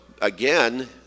again